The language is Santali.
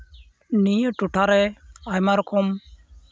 ᱱᱤᱭᱟᱹ ᱴᱚᱴᱷᱟᱨᱮ ᱟᱭᱢᱟ ᱨᱚᱠᱚᱢ